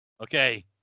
Okay